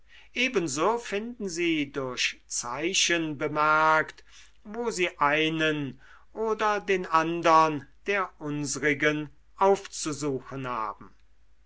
finden sie durch zeichen bemerkt wo sie einen oder den andern der unsrigen aufzusuchen haben